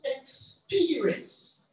experience